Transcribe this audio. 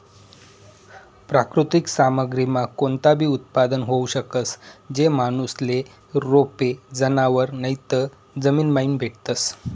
प्राकृतिक सामग्रीमा कोणताबी उत्पादन होऊ शकस, जे माणूसले रोपे, जनावरं नैते जमीनमाईन भेटतस